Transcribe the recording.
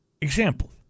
Example